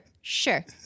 sure